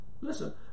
Listen